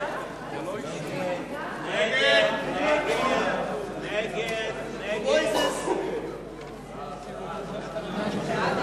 להסיר מסדר-היום את הצעת חוק בריאות הציבור בישראל,